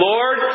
Lord